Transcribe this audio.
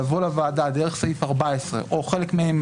לבוא לוועדה דרך סעיף 14 או חלק מהן,